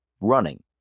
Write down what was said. running